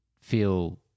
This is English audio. feel